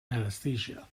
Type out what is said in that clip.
anesthesia